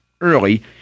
early